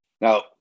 Now